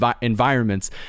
environments